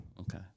Okay